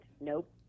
Nope